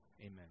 Amen